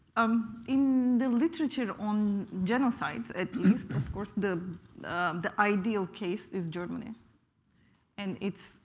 um in the literature on genocide, at least of course the the ideal case is germany and its